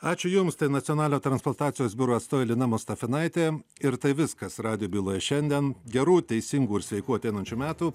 ačiū jums tai nacionalinio transplantacijos biuro atstovė lina mustafinaitė ir tai viskas radijo byloje šiandien gerų teisingų ir sveikų ateinančių metų